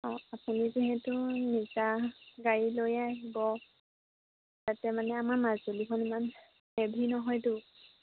অঁ আপুনি যিহেতু নিজা গাড়ী লৈয়ে আহিব তাতে মানে আমাৰ মাজুলীখন ইমান হেভি নহয়তো